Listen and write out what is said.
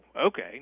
okay